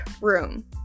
room